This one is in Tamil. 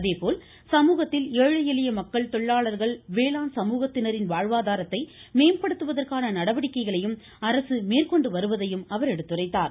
அதேபோல் சமூகத்தில் ஏழை எளிய மக்கள் தொழிலாளர்கள் வேளாண் சமூகத்தினின் வாழ்வாதாரத்தை மேம்படுத்துவதற்கான நடவடிக்கைகளையும் அரசு மேற்கொண்டு வருவதையும் அவர் எடுத்துரைத்தார்